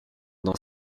dans